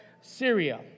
Syria